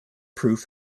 proof